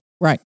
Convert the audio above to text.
Right